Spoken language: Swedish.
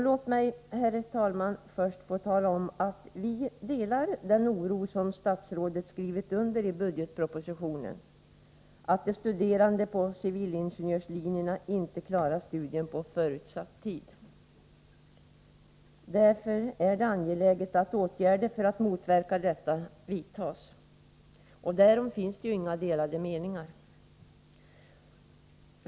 Låt mig, herr talman, först få tala om att vi delar den oro som statsrådet uttalat i budgetpropositionen, nämligen att de studerande på civilingenjörslinjerna inte klarar studierna på förutsatt tid. Det är därför angeläget att åtgärder för att motverka detta vidtas. Därom finns inga delade meningar.